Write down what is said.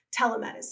telemedicine